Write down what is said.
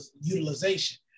utilization